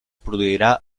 produirà